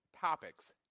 Topics